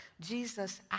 Jesus